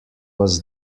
was